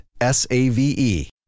S-A-V-E